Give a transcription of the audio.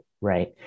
right